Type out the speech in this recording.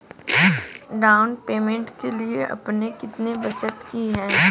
Down payment के लिए आपने कितनी बचत की है?